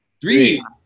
three